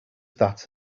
that